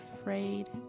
afraid